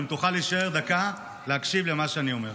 אם תוכל להישאר דקה להקשיב למה שאני אומר.